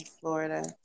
Florida